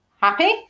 Happy